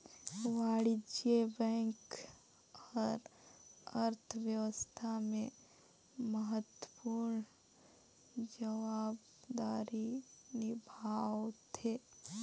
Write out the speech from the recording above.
वाणिज्य बेंक हर अर्थबेवस्था में महत्वपूर्न जवाबदारी निभावथें